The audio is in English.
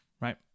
Right